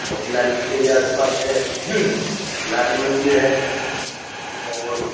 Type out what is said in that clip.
بھائی لال قلعے کے آس پاس ہے لال مندر ہے اور